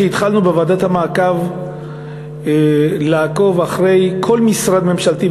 כשהתחלנו בוועדת המעקב לעקוב אחרי כל משרד ממשלתי,